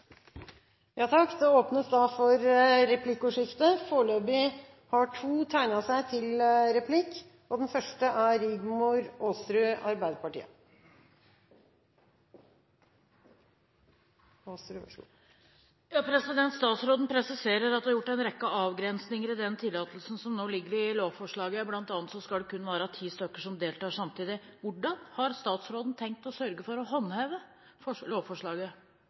Det blir replikkordskifte. Statsråden presiserer at det er gjort en rekke avgrensinger i den tillatelsen som nå ligger i lovforslaget, bl.a. skal det kun være ti stykker som deltar samtidig. Hvordan har statsråden tenkt å sørge for å håndheve lovforslaget?